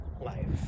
life